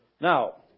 Now